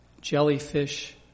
jellyfish